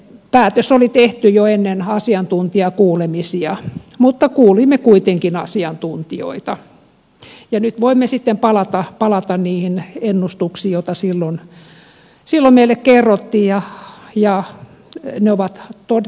päätös oli tehty jo ennen asiantuntijakuulemisia mutta kuulimme kuitenkin asiantuntijoita ja nyt voimme sitten palata niihin ennustuksiin joita silloin meille kerrottiin ja ne ovat toteutuneet